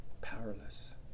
powerless